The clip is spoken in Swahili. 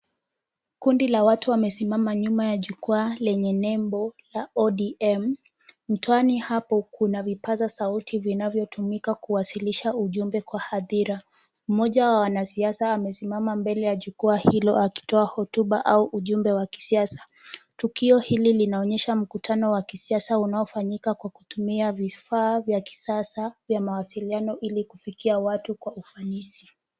Kundi la watu wamesimama nyuma ya jukwaa lenye nembo la ODM. Mtwani hapo kuna vipaza sauti vinavyotumika kuwasilisha ujumbe kwa hadhira. Mmoja wa wanasiasa amesimama mbele ya jukwaa hilo akitoa hotuba au ujumbe wa kisiasa. Tukio hili linaonyesha mkutano wa kisiasa unaofanyika kwa kutumia vifaa vya kisasa vya mawasiliano ili kufikia watu kwa ufanisi.